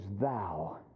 thou